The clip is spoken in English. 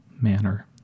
manner